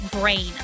Brain